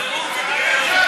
למה לא, ?